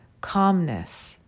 calmness